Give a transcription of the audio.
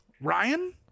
ryan